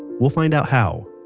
we'll find out how,